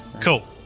Cool